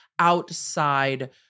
outside